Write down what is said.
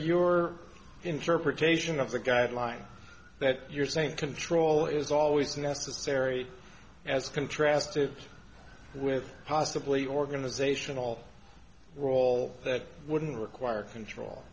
your interpretation of the guidelines that you're saying control is always necessary as contrasted with possibly organizational role that wouldn't require control